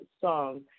song